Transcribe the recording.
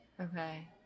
Okay